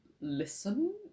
listen